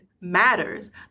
matters